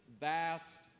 Vast